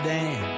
Dan